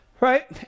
right